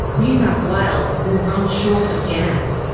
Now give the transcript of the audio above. new south wales will run short of gas,